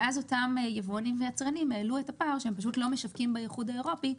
ואז אותם יבואנים ויצרנים העלו את הטעם שהם לא משווקים באיחוד האירופי,